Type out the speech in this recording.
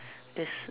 that's